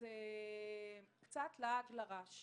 זה קצת לעג לרש.